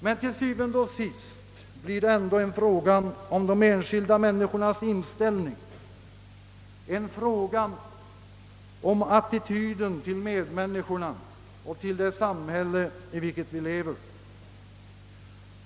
Men til syvende og sidst blir det ändå en fråga om de enskilda människornas inställning, en fråga om attityden till medmänniskorna och till det samhälle i vilket vi lever.